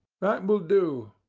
that will do.